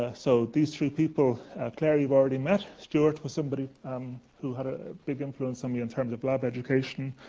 ah so these three people claire you've already met, stuart was somebody um who had a big influence on me in terms of lab education.